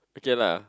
okay lah